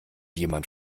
jemand